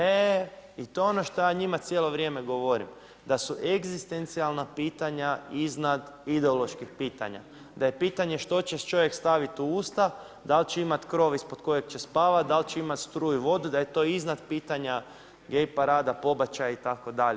E, e i to je ono što ja cijelo vrijeme njima govorim, da su egzistencijalna pitanja iznad ideoloških pitanja, da je pitanje što će čovjek staviti u usta, da li će imati krov ispod kojeg će spavati, da li će imati struju i vodu da je to iznad pitanja gay parada, pobačaja itd.